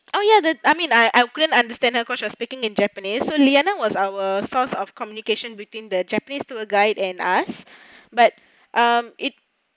oh ya the I mean I I couldn't understand her lah cause she was speaking in japanese so leanna was our source of communication between the japanese tour guide and us but um it